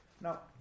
Now